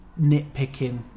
nitpicking